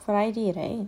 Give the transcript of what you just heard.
friday right